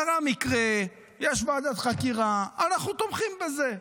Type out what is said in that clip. קרה מקרה, יש ועדת חקירה, אנחנו תומכים בזה.